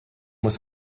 was